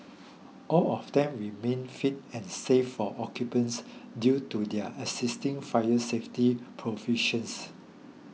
all of them remain fit and safe for occupancy due to their existing fire safety provisions